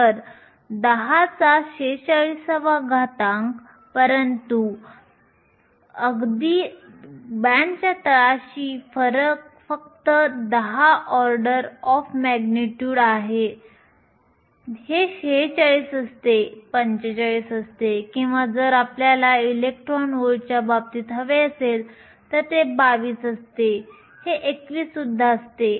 तर 1046 परंतु अगदी बँडच्या तळाशीही फरक फक्त 10 ऑर्डर ऑफ मॅग्निट्युड आहे हे 46 असते 45 असते किंवा जर आपल्याला इलेक्ट्रॉन व्होल्टच्या बाबतीत हवे असेल तर हे 22 असते हे 21 असते